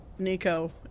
Nico